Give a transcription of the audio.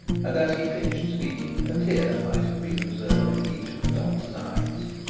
and as he finished speaking, a tear might have been observed in each of the doctor's eyes